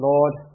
Lord